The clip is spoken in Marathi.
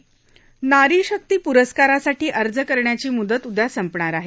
नारी शक्ती पुरस्कारासाठी अर्ज करण्याची मुदत उद्या संपणार आहे